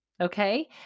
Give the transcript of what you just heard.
okay